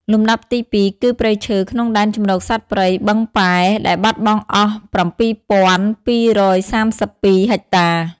លំដាប់ទី២ គឺព្រៃឈើក្នុងដែនជម្រកសត្វព្រៃបឹងពែរ ដែលបាត់បង់អស់៧២៣២ហិកតា។